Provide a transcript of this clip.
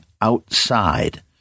outside